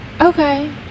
Okay